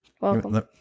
Welcome